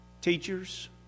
Teachers